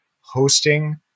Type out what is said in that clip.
hosting